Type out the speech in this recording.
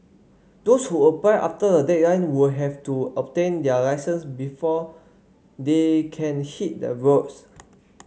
those who apply after the deadline will have to obtain their licence before they can hit the roads